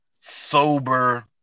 sober